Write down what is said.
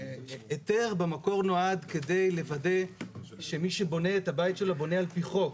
היתר במקור נועד כדי לוודא שמי שבונה את הבית שלו בונה על-פי חוק.